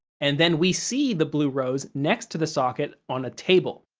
and then we see the blue rose next to the socket on a table.